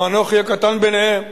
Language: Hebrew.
ואנוכי הקטן ביניהם.